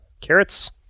carrots